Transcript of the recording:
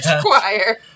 choir